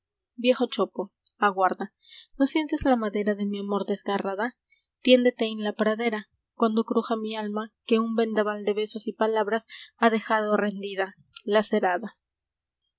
viejo chopo aguarda no sientes la madera de mi amor desgarrada tiéndete en la pradera i uando cruja mi alma que un vendaval de besos y palabras ha dejado rendida lacerada